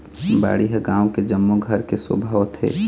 बाड़ी ह गाँव के जम्मो घर के शोभा होथे